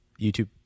YouTube